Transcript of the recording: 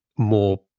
more